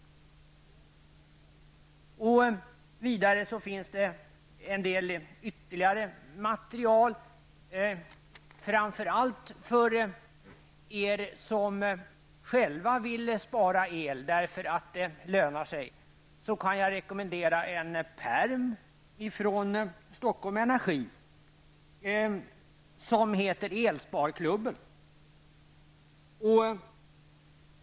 Vidare finns det en del ytterligare material framför allt för dem som själva vill spara el därför att det lönar sig. Jag kan då rekommendera en pärm från Stockholm energi som heter Elsparklubben.